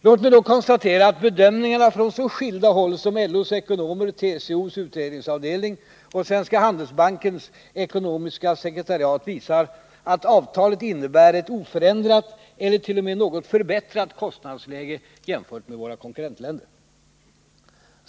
Låt mig då konstatera att bedömningarna från så skilda håll som LO:s ekonomer, TCO:s utredningsavdelning och Svenska Handelsbankens ekonomiska sekretariat visar att avtalet innebär ett oförändrat eller t.o.m. något förbättrat kostnadsläge jämfört med våra konkurrensländer.